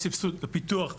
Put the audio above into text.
יש סבסוד לפיתוח.